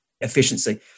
efficiency